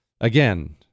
Again